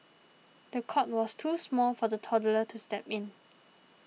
the cot was too small for the toddler to step in